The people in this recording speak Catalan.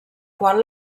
qual